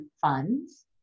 funds